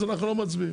אז אנחנו לא מצביעים.